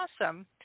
Awesome